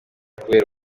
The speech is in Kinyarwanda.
kubera